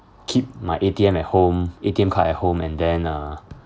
keep my A_T_M at home A_T_M card at home and then uh